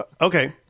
Okay